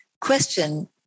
question